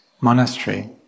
monastery